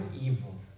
evil